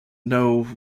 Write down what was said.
know